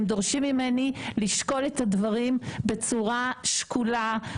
הם דורשים ממני לשקול את הדברים בצורה שקולה,